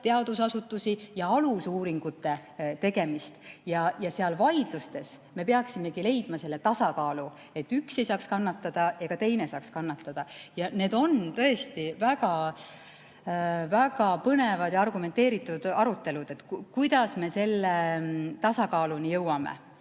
teadusasutusi ja alusuuringute tegemist. Seal vaidlustes me peaksimegi leidma selle tasakaalu, et üks ei saaks kannatada ega teine ei saaks kannatada, ja need on tõesti väga-väga põnevad ja argumenteeritud arutelud, kuidas me selle tasakaaluni jõuame.